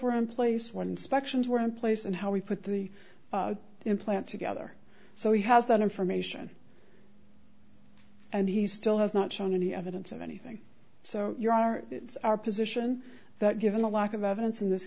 were in place when inspections were in place and how we put the implant together so he has that information and he still has not shown any evidence of anything so your are it's our position that given the lack of evidence in this